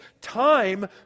time